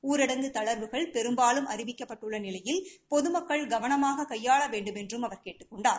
ஊரடங்கு தளா்வுகள் பெரும்பாலும் அறிவிக்கப்பட்டுள்ள நிலையில் பொதுமக்கள் கவனமாக கையாள வேண்டுமென்றும் அவர் கேட்டுக் கொண்டார்